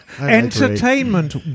entertainment